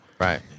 Right